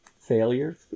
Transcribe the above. Failure